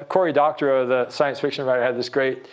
ah cory doctorow, the science fiction writer, had this great